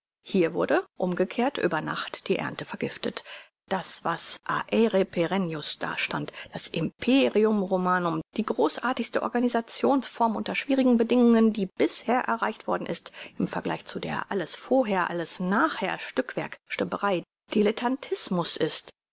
hier wurde umgekehrt über nacht die ernte vergiftet das was aere perennius dastand das imperium romanum die großartigste organisations form unter schwierigen bedingungen die bisher erreicht worden ist im vergleich zu der alles vorher alles nachher stückwerk stümperei dilettantismus ist